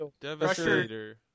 Devastator